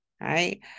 right